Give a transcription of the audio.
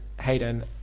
Hayden